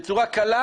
בצורה קלה